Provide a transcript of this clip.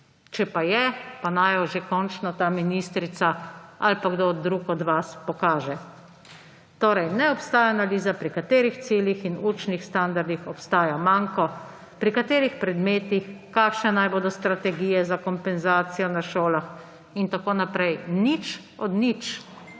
Če pa je, naj jo že končno ta ministrica ali pa kdo drug od vas pokaže. Torej, ne obstaja analiza, pri katerih ciljih in učnih standardih obstaja manko, pri katerih predmetih, kakšne naj bodo strategije za kompenzacijo na šolah in tako naprej – nič od nič!